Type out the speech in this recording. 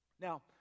Now